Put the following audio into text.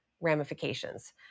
ramifications